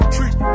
Treat